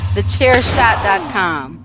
TheChairShot.com